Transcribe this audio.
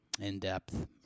in-depth